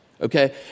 Okay